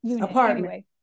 apartment